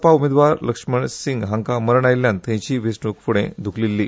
पा उमेदवार लक्षमण सिंग हांका मरण आयिल्ल्यान थंयचीय वेचणूक फूडे ध्कलील्ली